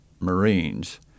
Marines